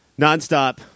nonstop